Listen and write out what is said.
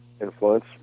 influence